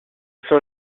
sont